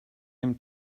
him